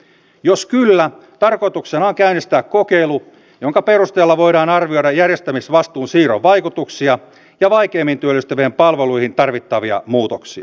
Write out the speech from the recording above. jos kyllä tarkoituksena on käynnistää kokeilu jonka perusteella voidaan arvioida järjestämisvastuun siirron vaikutuksia ja vaikeimmin työllistyvien palveluihin tarvittavia muutoksia